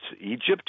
Egypt